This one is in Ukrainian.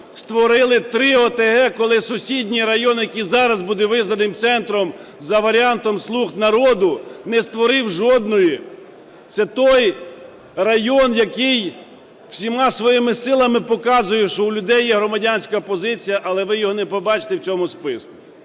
створили три ОТГ, коли сусідній район, який зараз буде визнаний центром за варіантом "слуг народу", не створив жодної. Це той район, який всіма своїми силами показує, що у людей є громадянська позиція, але ви його не побачите в цьому списку.